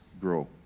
grow